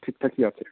ঠিকঠাকই আছে